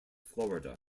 florida